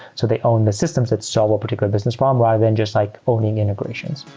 so they own the systems that solve a particular business problem rather than just like owning integrations.